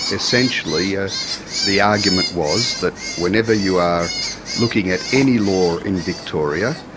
essentially ah the argument was that whenever you are looking at any law in victoria,